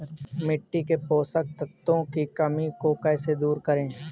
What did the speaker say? मिट्टी के पोषक तत्वों की कमी को कैसे दूर करें?